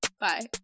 Bye